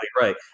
right